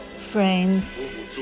friends